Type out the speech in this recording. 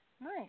Nice